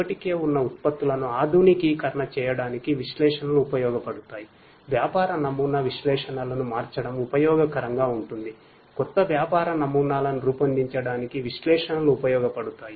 ఇప్పటికే ఉన్న ఉత్పత్తులను ఆధునికీకరణ చేయడానికి విశ్లేషణలు ఉపయోగపడతాయి వ్యాపార నమూనా విశ్లేషణలను మార్చడం ఉపయోగకరంగా ఉంటుంది కొత్త వ్యాపార నమూనాలను రూపొందించడానికి విశ్లేషణలు ఉపయోగపడతాయి